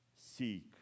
Seek